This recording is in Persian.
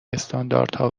استانداردها